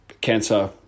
cancer